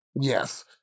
Yes